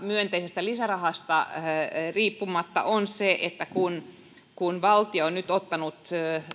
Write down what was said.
myönteisestä lisärahasta riippumatta on se että kun kun valtio on nyt ottanut